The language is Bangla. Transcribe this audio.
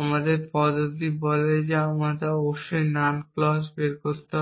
আমাদের পদ্ধতি বলে যে আমাদের অবশ্যই নাল ক্লজ বের করতে হবে